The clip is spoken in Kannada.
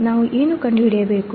ನಾವು ಏನು ಕಂಡುಹಿಡಿಯಬೇಕು